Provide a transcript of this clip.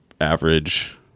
average